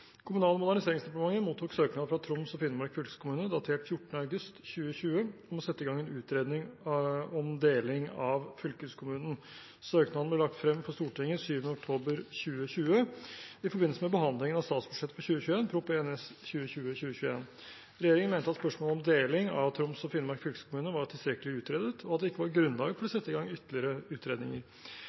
Kommunal- og moderniseringsdepartementet mottok søknad fra Troms og Finnmark fylkeskommune datert 14. august 2020 om å sette i gang en utredning om deling av fylkeskommunen. Søknaden ble lagt frem for Stortinget 7. oktober 2020 i forbindelse med behandlingen av statsbudsjettet for 2021, Prop. 1 S for 2020–2021. Regjeringen mente at spørsmålet om deling av Troms og Finnmark fylkeskommune var tilstrekkelig utredet, og at det ikke var grunnlag for å sette i gang ytterligere utredninger.